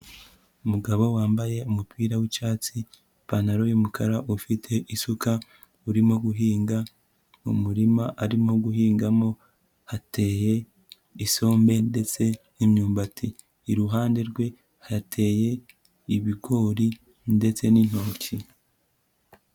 Umugabo wambaye umupira w'icyatsi, ipantaro y'umukara, ufite isuka urimo guhinga, mu murima arimo guhingamo, hateye isombe ndetse n'imyumbati. Iruhande rwe hateye ibigori ndetse n'intoki.